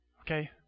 Okay